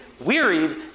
wearied